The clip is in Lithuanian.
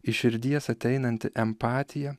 iš širdies ateinanti empatija